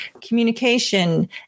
communication